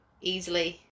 easily